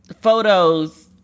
photos